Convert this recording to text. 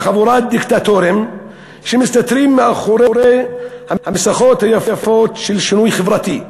חבורת דיקטטורים שמסתתרים מאחורי המסכות היפות של שינוי חברתי.